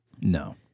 No